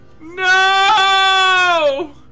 No